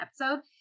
episode